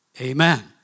Amen